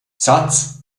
satz